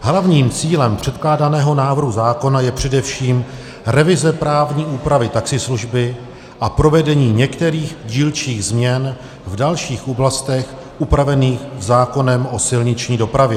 Hlavním cílem předkládaného návrhu zákona je především revize právní úpravy taxislužby a provedení některých dílčích změn v dalších oblastech upravených zákonem o silniční dopravě.